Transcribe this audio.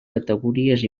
categories